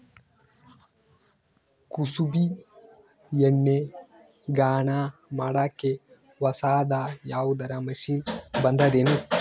ಕುಸುಬಿ ಎಣ್ಣೆ ಗಾಣಾ ಮಾಡಕ್ಕೆ ಹೊಸಾದ ಯಾವುದರ ಮಷಿನ್ ಬಂದದೆನು?